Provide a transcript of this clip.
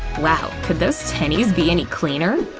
wow, could those tennies be any cleaner?